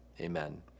amen